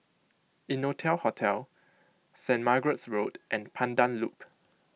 Innotel Hotel Saint Margaret's Road and Pandan Loop